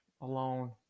alone